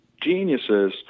geniuses